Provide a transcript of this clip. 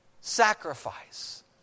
sacrifice